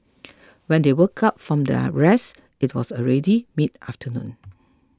when they woke up from their rest it was already mid afternoon